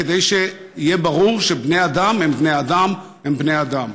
כדי שיהיה ברור שבני אדם הם בני אדם הם בני אדם.